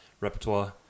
repertoire